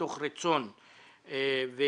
מתוך רצון ומודעות,